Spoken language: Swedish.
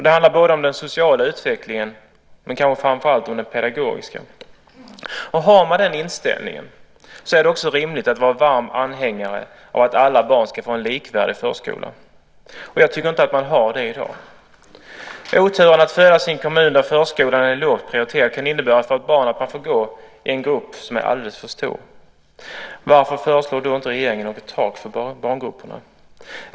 Det handlar både om den sociala utvecklingen och kanske framför allt om den pedagogiska. Om man har den inställningen är det också rimligt att vara varm anhängare av att alla barn ska få en likvärdig förskola. Jag tycker inte att de har det i dag. Oturen att födas i en kommun där förskolan är lågt prioriterad kan för ett barn innebära att det får gå i en grupp som är alldeles för stor. Varför föreslår inte regeringen något tak för barngrupperna?